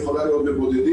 יכולה להיות לבודדים,